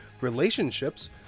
relationships